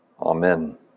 Amen